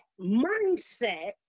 mindset